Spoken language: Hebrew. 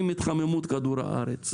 עם התחממות כדור הארץ,